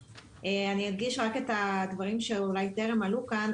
אני אדגיש רק את הדברים שאולי טרם עלו כאן.